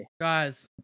guys